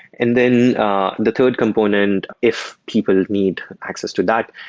and then the third component, if people need access to that,